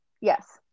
Yes